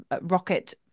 rocket